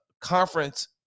conference